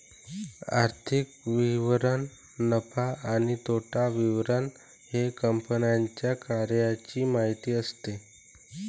आर्थिक विवरण नफा आणि तोटा विवरण हे कंपन्यांच्या कार्याची माहिती असते